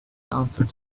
answered